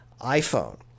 iPhone